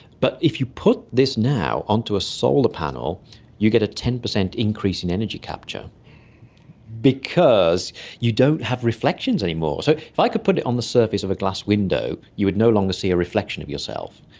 but if you put this now onto a solar panel you get a ten percent increase in energy capture because you don't have reflections anymore. so if i could put it on the surface of a glass window, you would no longer see a reflection of yourself.